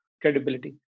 credibility